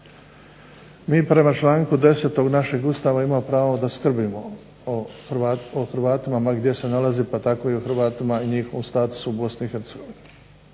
Mi prema članku 10. Našeg Ustava imamo pravo da skrbimo o Hrvatima ma gdje se nalazili, pa tako i o Hrvatima, njihovi ostaci su u Bosni